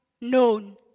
known